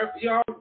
Y'all